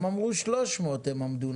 הם אמרו 300 הם אמדו,